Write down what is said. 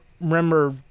remember